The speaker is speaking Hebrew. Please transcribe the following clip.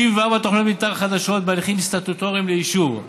64 תוכניות מתאר חדשות בהליכים סטטוטוריים לאישור,